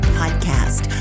podcast